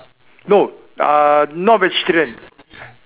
no uh not vegetarian